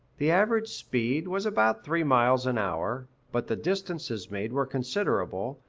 the average speed was about three miles an hour, but the distances made were considerable,